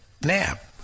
nap